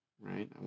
right